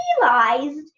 realized